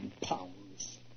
pounds